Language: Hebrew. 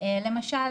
למשל,